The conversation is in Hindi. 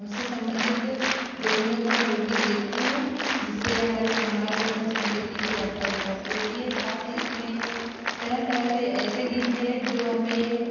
उससे सम्बंधित लोक नृत्य वा लोकगीत देखती हूँ जिससे यह हमारे समाज वा अपनी संस्कृति कि जानकारी प्राप्त होती है साथ ही इसमें तरह तरह के ऐसे गीत है जो हमें